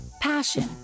Passion